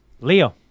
Leo